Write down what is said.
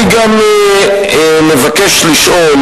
אני גם מבקש לשאול